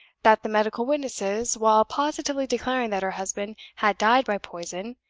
that the medical witnesses, while positively declaring that her husband had died by poison,